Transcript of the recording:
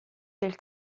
del